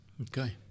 Okay